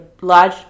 large